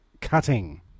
cutting